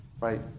Right